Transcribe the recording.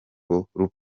rupfu